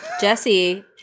Jesse